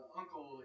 uncle